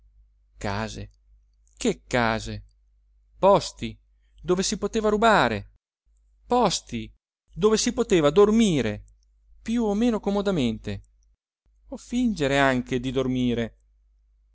case che case posti dove si poteva rubare posti dove si poteva dormire più o meno comodamente o fingere anche di dormire